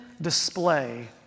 display